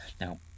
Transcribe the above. now